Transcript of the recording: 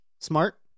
smart